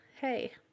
hey